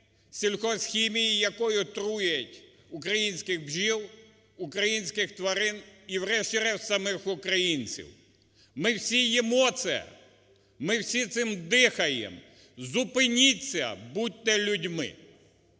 сільхозхімії, якою труять українських бджіл, українських тварин і врешті-решт самих українців. Ми всі їмо це, ми всі цим дихаємо. Зупиніться! Будьте людьми!